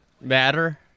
matter